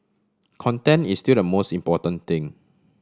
content is still the most important thing